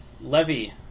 Levy